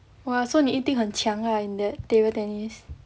!wah! so 你一定很强 lah 你的 table tennis